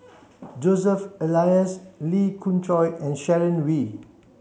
Joseph Elias Lee Khoon Choy and Sharon Wee